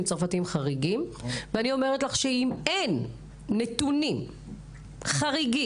צרפתיים חריגים ואני אומרת שאם אין נתונים חריגים,